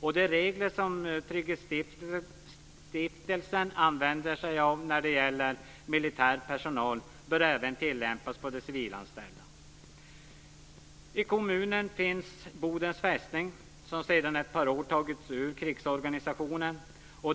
De regler som Trygghetsstiftelsen använder sig av när det gäller militär personal bör även tillämpas på de civilanställda. I kommunen finns Bodens fästning, som togs ur krigsorganisationen för ett par år sedan.